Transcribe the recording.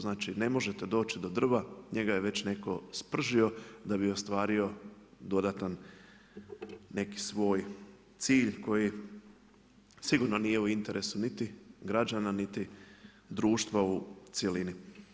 Znači ne možete doći do drva, njega je već netko spržio da bi ostvario dodatan neki svoj cilj koji sigurno nije u interesu niti građana niti društva u cjelini.